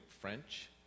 French